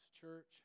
church